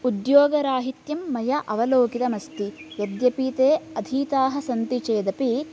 उद्योगराहित्यं मया अवलोकितमस्ति यद्यपि ते अधीताः सन्ति चेदपि